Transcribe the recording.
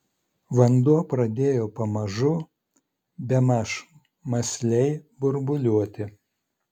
vanduo pradėjo pamažu bemaž mąsliai burbuliuoti